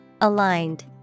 Aligned